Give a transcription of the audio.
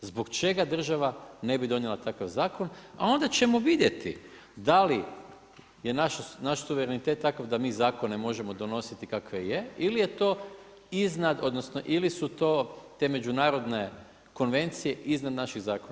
Zbog čega država ne bi donijela takav zakon, a onda ćemo vidjeti da li je naš suverenitet takav da mi zakone možemo donositi kakve je ili je to iznad, odnosno ili su to, te međunarodne konvencije iznad naših zakona.